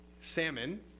salmon